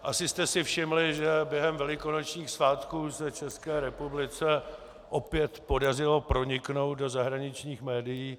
Asi jste si všimli, že během velikonočních svátků se České republice opět podařilo proniknout do zahraničních médií.